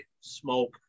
Smoke